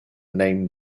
name